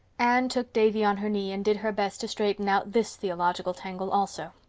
anne took davy on her knee and did her best to straighten out this theological tangle also.